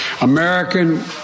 American